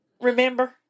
Remember